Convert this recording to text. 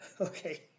Okay